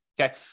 Okay